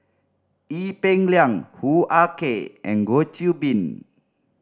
Ee Peng Liang Hoo Ah Kay and Goh Qiu Bin